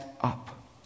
up